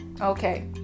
Okay